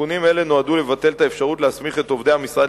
תיקונים אלה נועדו לבטל את האפשרות להסמיך את עובדי המשרד